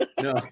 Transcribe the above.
No